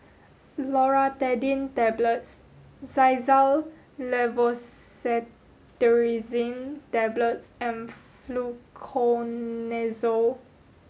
Loratadine Tablets Xyzal Levocetirizine Tablets and Fluconazole